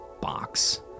box